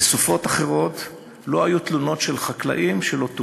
לסופות אחרות, לא היו תלונות של חקלאים שלא טופלו,